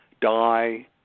die